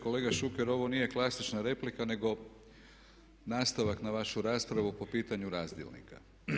Kolega Šuker ovo nije klasična replika nego nastavak na vašu raspravu po pitanju razdjelnika.